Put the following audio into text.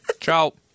ciao